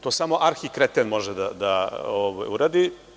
To samo arhikreten može da uradi